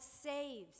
saves